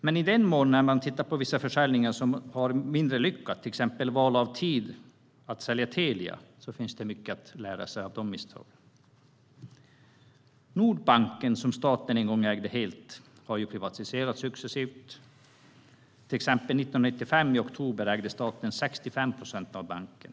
Men i den mån vissa försäljningar har skett på ett mindre lyckat sätt, till exempel valet av tidpunkt för att sälja Telia, finns det mycket att lära sig av misstagen. Nordbanken, som staten en gång ägde helt, har ju privatiserats successivt. År 1995 i oktober ägde staten drygt 65 procent av banken.